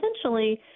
essentially